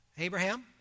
Abraham